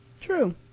true